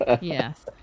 Yes